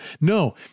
No